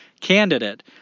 candidate